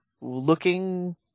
looking